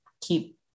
keep